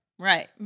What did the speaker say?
Right